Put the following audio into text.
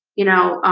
you know,